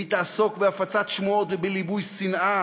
והיא תעסוק בהפצת שמועות ובליבוי שנאה